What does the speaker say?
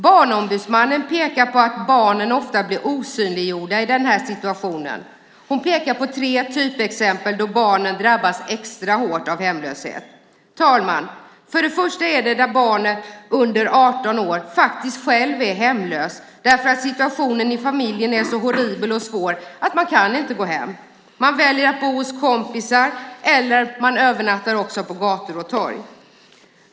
Barnombudsmannen pekar på att barnen ofta blir osynliggjorda i den här situationen. Hon pekar på tre typexempel då barnen drabbas extra hårt av hemlöshet. Herr talman! För det första är det där barnet under 18 år faktiskt själv är hemlöst därför att situationen i familjen är så horribel och svår att man inte kan gå hem. Man väljer att bo hos kompisar eller övernattar på gator och torg.